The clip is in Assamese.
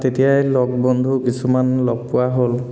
তেতিয়াই লগ বন্ধু কিছুমান লগ পোৱা হ'ল